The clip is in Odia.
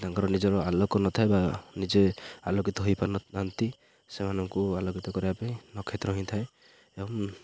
ତାଙ୍କର ନିଜର ଆଲୋକ ନଥାଏ ବା ନିଜେ ଆଲୋକିତ ହୋଇପାରୁନଥାନ୍ତି ସେମାନଙ୍କୁ ଆଲୋକିତ କରିବା ପାଇଁ ନକ୍ଷେତ୍ର ହେଇଁଥାଏ ଏବଂ